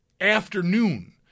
afternoon